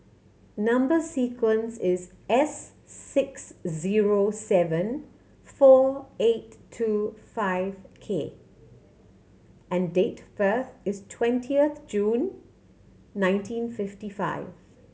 number sequence is S six zero seven four eight two five K and date of birth is twenty of June nineteen fifty five